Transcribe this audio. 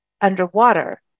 underwater